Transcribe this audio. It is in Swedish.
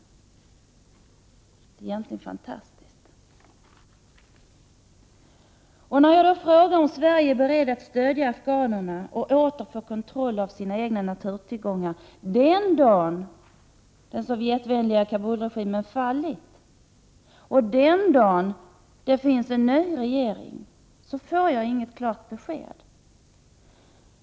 Det är egentligen fantastiskt. När jag då frågar om Sverige är berett att stödja afghanerna för att att de skall återfå kontroll över sina egna naturtillgångar den dag den Sovjetvänliga Kabulregimen fallit och den dag det finns en ny regering, får jag inte något klart besked.